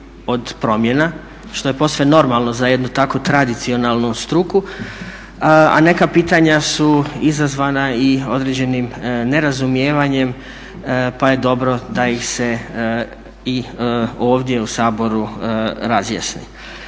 od promjena, što je posve normalno za jednu takvu tradicionalnu struku, a neka pitanja su izazvana i određenim nerazumijevanjem pa je dobro da ih se ovdje u Saboru razjasni.